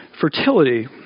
fertility